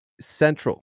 central